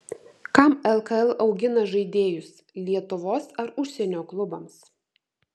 kam lkl augina žaidėjus lietuvos ar užsienio klubams